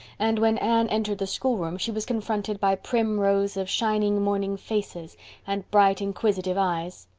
and when anne entered the schoolroom she was confronted by prim rows of shining morning faces and bright, inquisitive eyes.